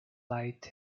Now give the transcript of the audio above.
light